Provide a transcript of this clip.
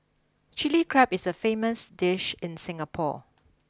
Chilli Crab is a famous dish in Singapore